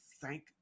Thank